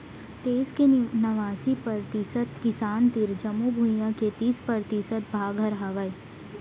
देस के नवासी परतिसत किसान तीर जमो भुइयां के तीस परतिसत भाग हर हावय